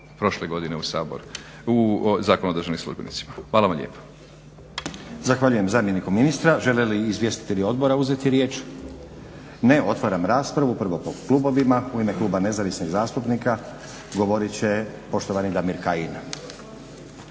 prošle godine u Zakon o državnim službenicima. Hvala vam lijepa.